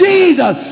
Jesus